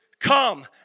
come